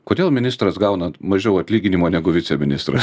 kodėl ministras gauna mažiau atlyginimo negu viceministras